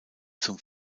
zum